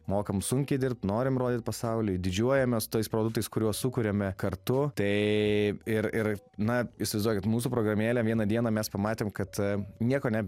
mokam sunkiai dirbt norim rodyt pasauliui didžiuojamės tais produktais kuriuos sukuriame kartu tai ir ir na įsivaizduokit mūsų programėlė vieną dieną mes pamatėm kad nieko ne